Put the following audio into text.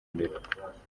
imbere